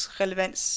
relevans